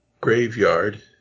graveyard